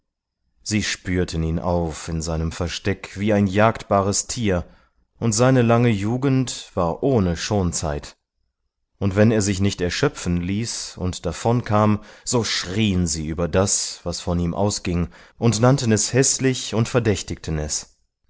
sie spürten ihn auf in seinem versteck wie ein jagdbares tier und seine lange jugend war ohne schonzeit und wenn er sich nicht erschöpfen ließ und davonkam so schrieen sie über das was von ihm ausging und nannten es häßlich und verdächtigten es